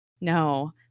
No